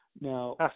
Now